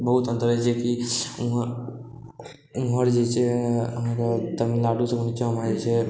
बहुत अन्तर अछि जे कि वहाँ ओमहर जे छै अहाँके तमिलनाडु से निच्चा भऽ जाइ छै